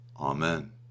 Amen